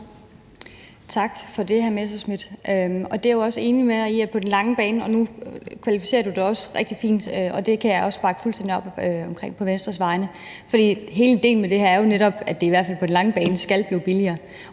Tak for det, hr. Morten Messerschmidt. Det er jeg jo også enig med dig i på den lange bane, og nu kvalificerer du det også rigtig fint, og det kan jeg også bakke fuldstændig op omkring på Venstres vegne. For hele idéen med det her er jo netop, at det i hvert fald på den lange bane skal blive billigere,